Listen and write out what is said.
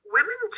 Women